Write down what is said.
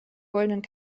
goldenen